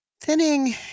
Thinning